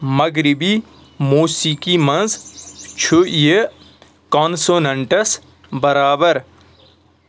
مغربی موسیٖقی منٛز چھُ یہِ کنسوننٹَس برابر